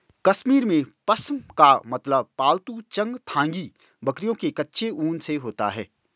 कश्मीर में, पश्म का मतलब पालतू चंगथांगी बकरियों के कच्चे ऊन से होता है